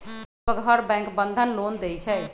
लगभग हर bank Bandhan loan देई छई